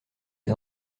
est